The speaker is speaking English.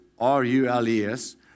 R-U-L-E-S